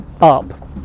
up